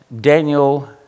Daniel